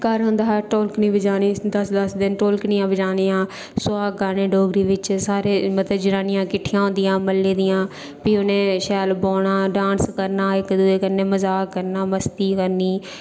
घर होंदा हा ढोलकनी बजानी दस्स दस्स दिन ढोलकनियां बजानियां सुहाग गाने डोगरी बिच सारे मते जनानियां किट्ठियां होंदियां हियां म्हल्ले दियां भी उ'नें शैल बौह्ना डांस करना इक्क दूए कन्नै मज़ाक करना मस्ती करनी